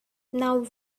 now